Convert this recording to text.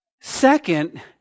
Second